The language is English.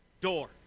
door